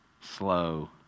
slow